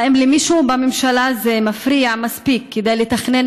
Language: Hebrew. האם למישהו בממשלה זה מפריע מספיק כדי לתכנן